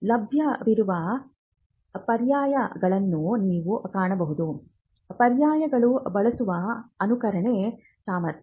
ಲಭ್ಯವಿರುವ ಪರ್ಯಾಯಗಳನ್ನು ನೀವು ಕಾಣಬಹುದು ಪರ್ಯಾಯಗಳನ್ನು ಬಳಸುವ ಅನುಕರಣೆ ಸಾಮರ್ಥ್ಯ